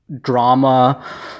drama